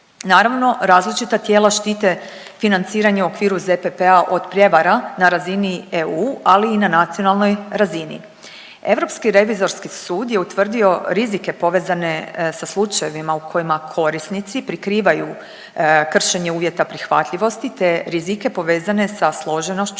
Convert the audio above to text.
Naravno različita tijela štite financiranje u okviru ZPP-a od prijevara na razini EU, ali i na nacionalnoj razini. Europski revizorski sud je utvrdio rizike povezane sa slučajevima u kojima korisnici prikrivaju kršenje uvjeta prihvatljivosti te rizike povezane sa složenošću